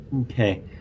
Okay